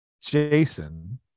Jason